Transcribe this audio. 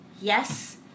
yes